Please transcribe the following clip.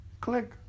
Click